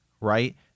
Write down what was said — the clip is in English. right